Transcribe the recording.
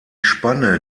spanne